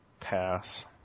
Pass